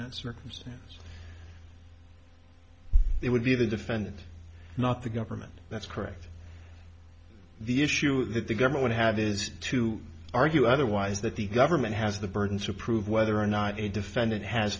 that circumstance it would be the defendant not the government that's correct the issue that the government would have is to argue otherwise that the government has the burden to prove whether or not a defendant has